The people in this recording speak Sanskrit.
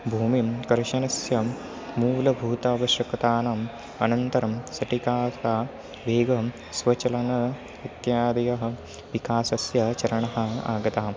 भूमिं कर्षणस्य मूलभूत अवश्यकतानाम् अनन्तरं सटिकास्का वेगं स्वचलनम् इत्यादयः विकासस्य चरणः आगतः